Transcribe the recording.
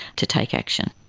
to take action.